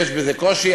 יש בזה קושי.